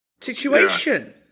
situation